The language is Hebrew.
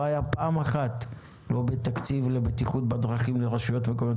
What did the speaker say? לא בתקציב לבטיחות בדרכים לרשויות מקומיות